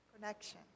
connection